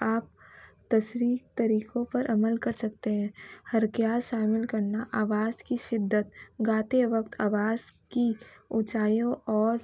آپ صریح طریقوں پر عمل کر سکتے ہیں حرکات شامل کرنا آواز کی شدت گاتے وقت آواز کی اونچائیوں اور